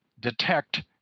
detect